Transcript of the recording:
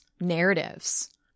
narratives